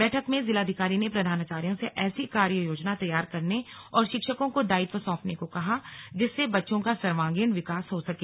बैठक में जिलाधिकारी ने प्रधानाचार्यों से ऐसी कार्ययोजना तैयार करने और शिक्षकों को दायित्व सौंपने को कहा जिससे बच्चों का सर्वागीण विकास हो सके